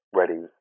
ready